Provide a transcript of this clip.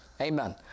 Amen